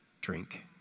drink